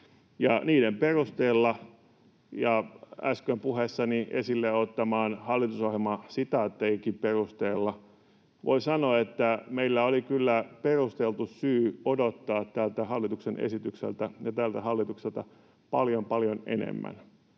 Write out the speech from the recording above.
Niiden perusteella ja äsken puheessani esille ottamieni hallitusohjelmasitaattienkin perusteella voi sanoa, että meillä oli kyllä perusteltu syy odottaa tältä hallituksen esitykseltä ja tältä hallitukselta paljon, paljon